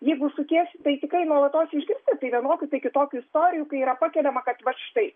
jeigu sukiesi tai tikrai nuolatos išgirsi tai vienokių tai kitokių istorijų kai yra pakeliama kad vat štai